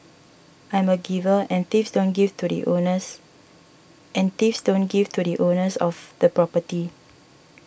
I'm a giver and thieves don't give to the owners and thieves don't give to the owners of the property